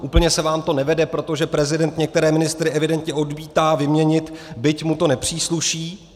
Úplně se vám to nevede, protože prezident některé ministry evidentně odmítá vyměnit, byť mu to nepřísluší.